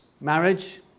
Marriage